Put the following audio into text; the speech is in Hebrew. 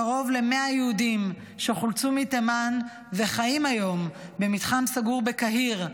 קרוב ל-100 יהודים שחולצו מתימן וחיים היום במתחם סגור בקהיר,